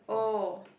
oh